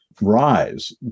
rise